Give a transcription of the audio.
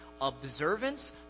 observance